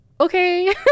okay